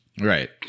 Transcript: right